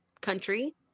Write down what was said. country